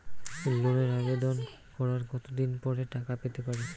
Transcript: লোনের আবেদন করার কত দিন পরে টাকা পেতে পারি?